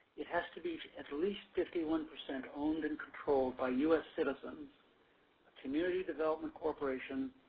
it has to be at least fifty one percent owned and controlled by us citizens, a community development corporation,